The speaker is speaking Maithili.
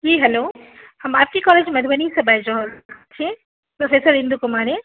की हेलो हम आर के कॉलेज मधुबनीसँ बाजि रहल छी प्रोफेसर इंदू कुमारी